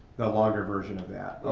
the longer version of that.